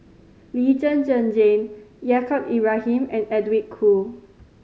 Lee Zhen Zhen Jane Yaacob Ibrahim and Edwin Koo